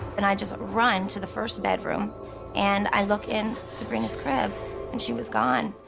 and i just run to the first bedroom and i look in sabrina's crib and she was gone.